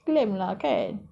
clam lah kan